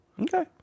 Okay